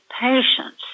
patience